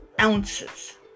ounces